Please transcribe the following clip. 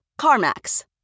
CarMax